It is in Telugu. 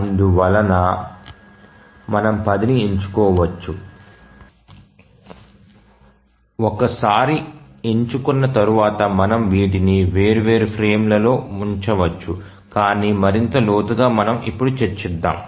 అందువలన మనము 10ని ఎంచుకోవచ్చు ఒక సారి ఎంచుకున్న తరువాత మనం వీటిని వేర్వేరు ఫ్రేములలో ఉంచవచ్చు కానీ మరింత లోతుగా మనం ఇప్పుడు చర్చిద్దాం